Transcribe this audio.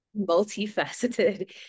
multifaceted